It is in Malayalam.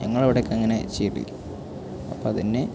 ഞങ്ങടവടൊക്കെ അങ്ങനെ ചെയ്യിപ്പിക്കും അപ്പം അത് തന്നെ